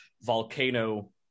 volcano